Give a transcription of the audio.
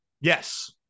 Yes